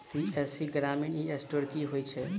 CSC Grameen e store की होइ छै?